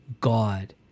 God